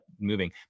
moving